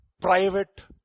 private